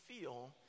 feel